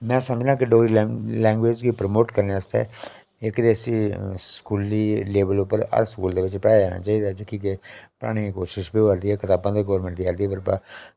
में समझना कि डोगरी लैंंग लैंग्वेज गी प्रमोट करने आस्तै इक ते इसी स्कूली लेवल उप्पर पर हर स्कूलै बिच्च पढ़ाया जाना चाहिदा जेह्की कि पढ़ाने दी कोशश बी होऐ करदी ऐ कताबां ते गोरमेंट देयै करदी ऐ पर